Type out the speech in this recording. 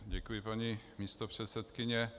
Děkuji, paní místopředsedkyně.